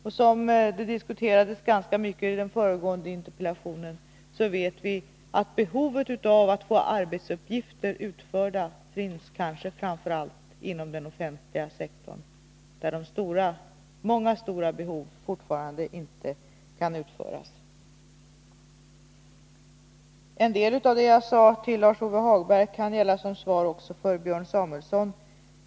Vi vet — det diskuterades ganska ingående i den föregående interpellationsdebatten — att behovet att få arbetsuppgifter utförda kanske framför allt finns inom den offentliga sektorn, där många stora behov fortfarande inte kan tillgodoses. En del av det jag sade till Lars-Ove Hagberg kan också gälla som svar till Björn Samuelson.